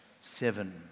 seven